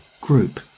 group